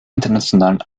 internationalen